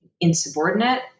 insubordinate